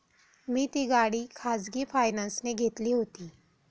मी ती गाडी खाजगी फायनान्सने घेतली होती